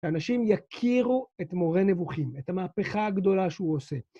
האנשים יכירו את מורה נבוכים, את המהפכה הגדולה שהוא עושה.